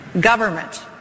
Government